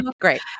Great